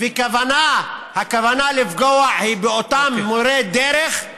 והכוונה היא לפגוע באותם מורי דרך,